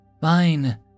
Fine